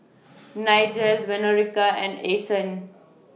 Nigel Veronica and Ason